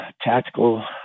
tactical